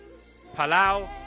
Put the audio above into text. Palau